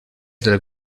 del